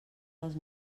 dels